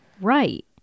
Right